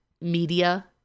media